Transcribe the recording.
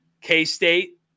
K-State